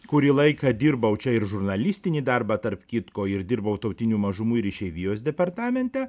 kurį laiką dirbau čia ir žurnalistinį darbą tarp kitko ir dirbau tautinių mažumų ir išeivijos departamente